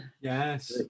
Yes